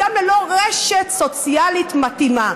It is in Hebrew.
גם ללא רשת סוציאלית מתאימה.